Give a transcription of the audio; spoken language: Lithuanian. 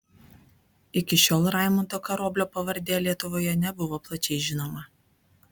iki šiol raimundo karoblio pavardė lietuvoje nebuvo plačiai žinoma